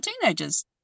teenagers